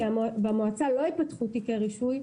שבמועצה לא ייפתחו תיקי רישוי,